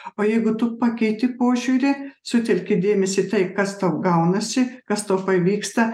o jeigu tu pakeiti požiūrį sutelki dėmesį į tai kas tau gaunasi kas tau pavyksta